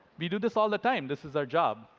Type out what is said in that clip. we do this all the time. this is our job.